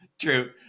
true